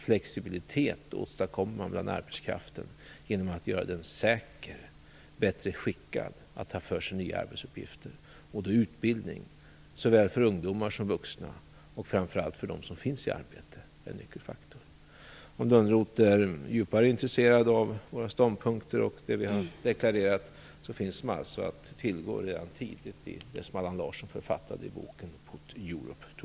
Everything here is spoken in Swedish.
Flexibilitet bland arbetskraften åstadkommer man genom att göra den säker och bättre skickad att ta sig an nya arbetsuppgifter. Då är utbildning av såväl ungdomar som vuxna - och framför allt av dem som finns i arbete - en nyckelfaktor. Om Johan Lönnroth är djupare intresserad av våra ståndpunkter och deklarationer finns de att tillgå i boken som Allan Larsson författade, Put Europe to